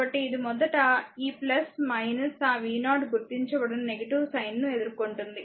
కాబట్టి ఇది మొదట ఈ ఆ v0 గుర్తించబడిన సైన్ ను ఎదుర్కొంటుంది